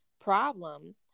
problems